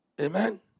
Amen